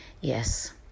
Yes